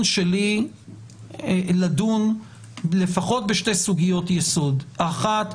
שלי לדון לפחות בשתי סוגיות יסוד: אחת,